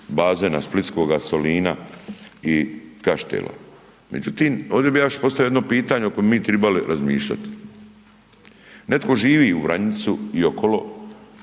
splitskoga Solina i Kaštela. Međutim, ovdje bih ja još postavio jedno pitanje o kojem bi mi tribali razmišljati. Netko živi u Vranjicu i okolo,